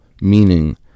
meaning